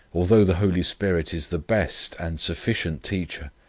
although the holy spirit is the best and sufficient teacher,